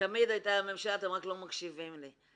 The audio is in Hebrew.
תמיד היא הייתה לממשלה, אתם רק לא מקשיבים לי.